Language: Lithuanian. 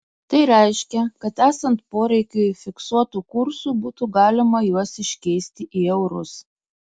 tai reiškia kad esant poreikiui fiksuotu kursu būtų galima juos iškeisti į eurus